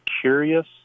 curious